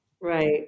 Right